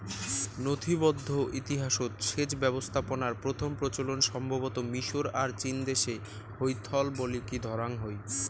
নথিবদ্ধ ইতিহাসৎ সেচ ব্যবস্থাপনার প্রথম প্রচলন সম্ভবতঃ মিশর আর চীনদেশে হইথল বলিকি ধরাং হই